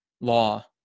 law